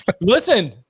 listen